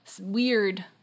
weird